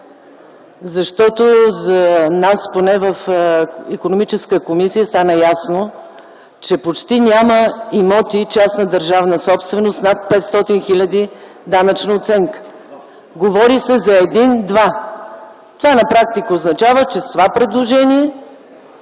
За нас, поне в Икономическата комисия, стана ясно, че почти няма имоти – частна държавна собственост, с над 500 хил. данъчна оценка. Говори се за един-два. Това на практика означава, че с това предложение,